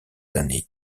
années